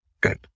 Good